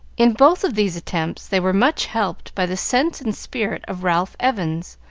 in both of these attempts they were much helped by the sense and spirit of ralph evans,